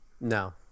No